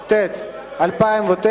התשס"ט 2009,